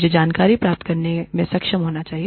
मुझे जानकारी प्राप्त करने में सक्षम होना चाहिए